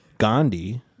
Gandhi